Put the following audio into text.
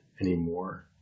anymore